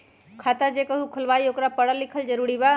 खाता जे केहु खुलवाई ओकरा परल लिखल जरूरी वा?